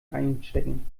einstecken